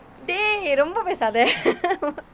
dey ரொம்ப பேசாத:romba pesaatha